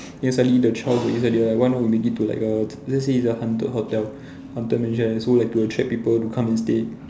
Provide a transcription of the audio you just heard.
then suddenly the child go inside they like why not we make it to like a let's say it's a haunted hotel haunted mansion so like to attract people to come and stay